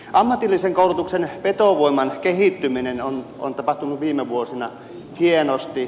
ammatillisen koulutuksen vetovoiman kehittyminen on tapahtunut viime vuosina hienosti